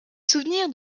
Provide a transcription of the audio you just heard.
souvenir